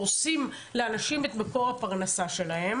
הורסים לאנשים את מקור הפרנסה שלהם